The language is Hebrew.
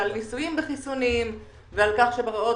על ניסויים בחיסונים ועל כך שאולי בעוד